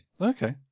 Okay